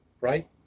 right